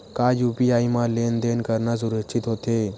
का यू.पी.आई म लेन देन करना सुरक्षित होथे?